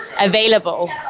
available